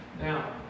Now